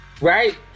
Right